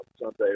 Sunday